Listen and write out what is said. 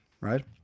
Right